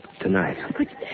tonight